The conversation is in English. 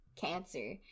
cancer